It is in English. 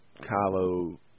Kylo